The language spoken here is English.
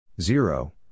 zero